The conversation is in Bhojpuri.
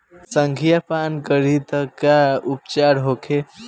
संखिया पान करी त का उपचार होखे?